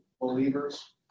believers